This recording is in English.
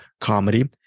comedy